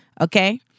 Okay